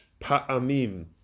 pa'amim